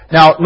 Now